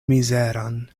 mizeran